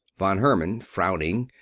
von herman, frowning,